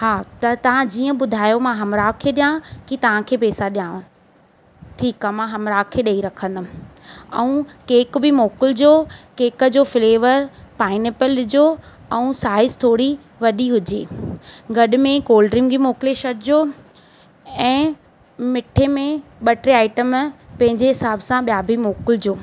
हा त तव्हां जीअं ॿुधायो मां हमराह खे ॾिया की तव्हांखे पैसा ॾेआव ठीकु आहे मां हमराह खे ॾेई रखंदमि ऐं केक बि मोकिलिजो केक जो फ्लेवर पाइनएप्पल ॾिजो ऐं साइज थोरी वॾी हुजे गॾु में कोल्ड ड्रिंक बि मोकिले छॾिजो ऐं मिठे में ॿ टे आइटम पंहिंजे हिसाब सां ॿिया बि मोकिलिजो